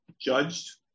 judged